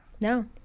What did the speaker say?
no